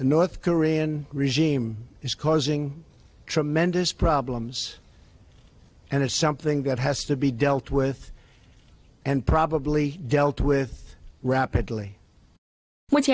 the north korean regime is causing tremendous problems and it's something that has to be dealt with and probably dealt with rapidly